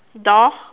door